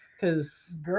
Cause